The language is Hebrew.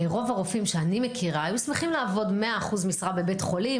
רוב הרופאים שאני מכירה היו שמחים לעבוד 100 אחוז משרה בבית חולים,